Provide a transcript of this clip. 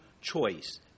choice